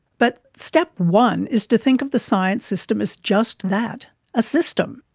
but step one is to think of the science system as just that a system,